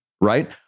right